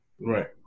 right